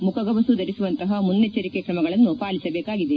ಮುಖಗವಸು ಧರಿಸುವಂತಹ ಮುನ್ನೆ ಚ್ಚರಿಕೆ ಕ್ರಮಗಳನ್ನು ಪಾಲಿಸಬೇಕಾಗಿದೆ